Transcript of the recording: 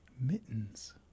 Mittens